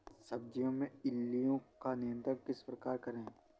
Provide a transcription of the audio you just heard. सब्जियों में इल्लियो का नियंत्रण किस प्रकार करें?